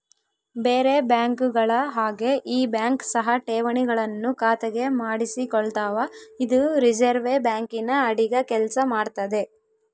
ಬೇರೆ ಬ್ಯಾಂಕುಗಳ ಹಾಗೆ ಈ ಬ್ಯಾಂಕ್ ಸಹ ಠೇವಣಿಗಳನ್ನು ಖಾತೆಗೆ ಮಾಡಿಸಿಕೊಳ್ತಾವ ಇದು ರಿಸೆರ್ವೆ ಬ್ಯಾಂಕಿನ ಅಡಿಗ ಕೆಲ್ಸ ಮಾಡ್ತದೆ